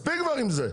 מספיק כבר עם זה.